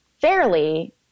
fairly